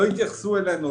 לא נמצא.